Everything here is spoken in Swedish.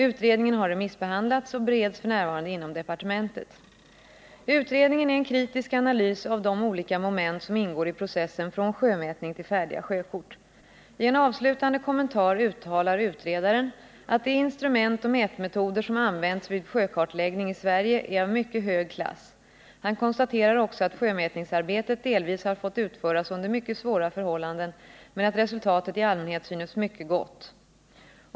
Utredningen har remissbehandlats och bereds f. n. inom departementet. Utredningen är en kritisk analys av de olika moment som ingår i processen från sjömätning till färdiga sjökort. I en avslutande kommentar uttalar utredaren att de instrument och mätmetoder som använts vid sjökartläggning i Sverige är av mycket hög klass. Han konstaterar också att sjömätningsarbetet delvis har fått utföras under mycket svåra förhållanden men att resultatet i allmänhet synes mycket gott.